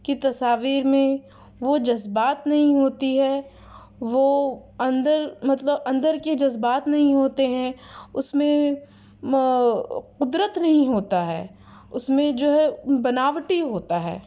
کی تصاویر میں وہ جذبات نہیں ہوتی ہے وہ اندر مطلب اندر کے جذبات نہیں ہوتے ہیں اس میں قدرت نہیں ہوتا ہے اس میں جو ہے بناوٹی ہوتا ہے